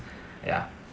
ya